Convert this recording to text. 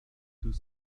deux